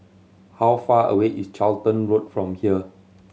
how far away is Charlton Road from here